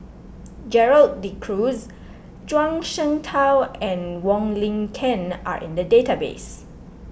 Gerald De Cruz Zhuang Shengtao and Wong Lin Ken are in the database